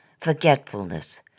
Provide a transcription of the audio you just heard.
Forgetfulness